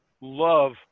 love